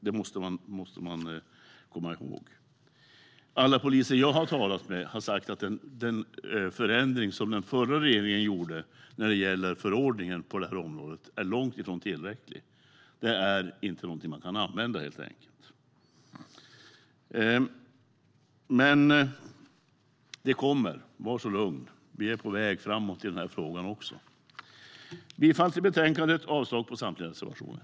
Det måste man komma ihåg. Jag yrkar bifall till förslaget i betänkandet och avslag på samtliga reservationer.